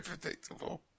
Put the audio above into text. predictable